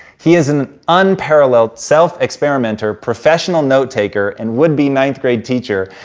he is an unparalleled, self experimenter, professional note taker, and would be ninth grade teacher,